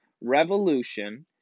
revolution